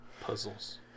Puzzles